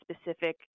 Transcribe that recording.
specific